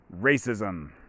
racism